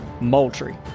Moultrie